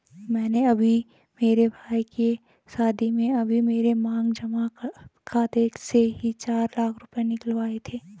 मैंने अभी मेरे भाई के शादी में अभी मेरे मांग जमा खाते से ही चार लाख रुपए निकलवाए थे